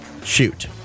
Shoot